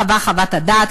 קבעה חוות הדעת,